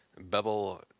Bebel